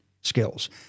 skills